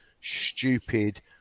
stupid